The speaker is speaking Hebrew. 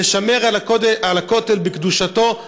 לשמור על הכותל בקדושתו,